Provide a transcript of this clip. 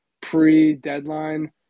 pre-deadline